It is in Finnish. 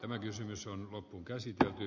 emä kysymys on loppuunkäsitelty